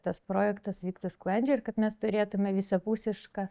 tas projektas vyktų sklandžiai ir kad mes turėtume visapusišką